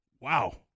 Wow